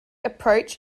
approach